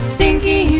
Stinky